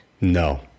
No